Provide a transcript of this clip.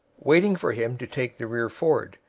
waiting for him to take the rear ford,